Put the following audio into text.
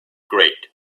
great